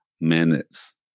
minutes